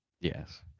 Yes